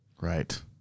Right